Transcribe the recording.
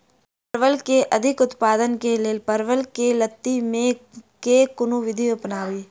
परवल केँ अधिक उत्पादन केँ लेल परवल केँ लती मे केँ कुन विधि अपनाबी?